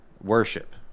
worship